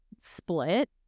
split